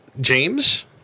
James